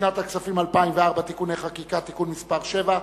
לשנת הכספים 2004 (תיקוני חקיקה) (תיקון מס' 7),